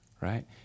right